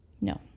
No